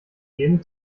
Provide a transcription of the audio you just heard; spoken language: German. geben